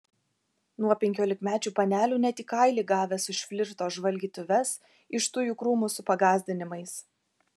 nuo penkiolikmečių panelių net į kailį gavęs už flirto žvalgytuves iš tujų krūmų su pagąsdinimais